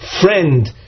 friend